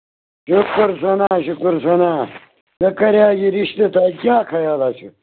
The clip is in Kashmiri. شُکُر سانا شُکُر سانا مےٚ کریاو یہِ رِشتہٕ تۄہہِ کیٛاہ خیالا چھُ